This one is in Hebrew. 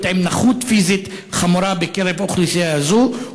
עם נכות פיזית חמורה בקרב האוכלוסייה הזאת.